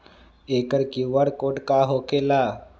एकर QR code का होकेला?